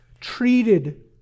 treated